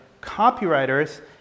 copywriters